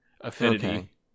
affinity